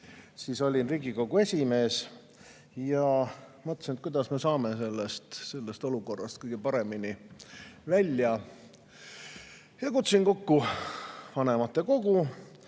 siis olin Riigikogu esimees ja mõtlesin, et kuidas me saame sellest olukorrast kõige paremini välja, ja kutsusin kokku vanematekogu.